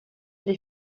les